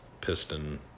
piston